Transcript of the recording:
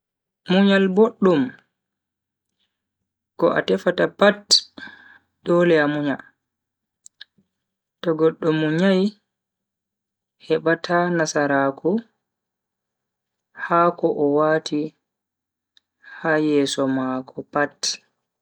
Munyal boddum, ko a tefata pat dole a munya. to goddo munyai hebata nasaraaku ha ko o wati ha yeso mako pat.